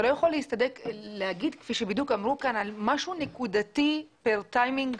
אתה לא יכול להגיד כפי שאמרו כאן משהו נקודתי פר-טיימינג?